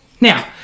Now